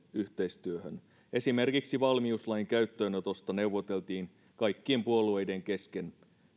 yhteistyöhön esimerkiksi valmiuslain käyttöönotosta neuvoteltiin kaikkien puolueiden kesken